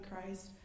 Christ